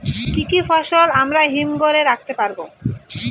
কি কি ফসল আমরা হিমঘর এ রাখতে পারব?